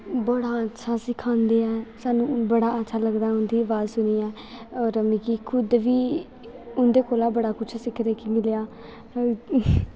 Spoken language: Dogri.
बड़ा अच्छा सखांदे ऐं सानूं बड़ा अच्छा लगदा उं'दी अवाज सुनियै होर मिगी खुद बी उं'दे कोला दा बड़ा कुछ सिक्खने गी मिलेआ